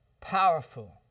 powerful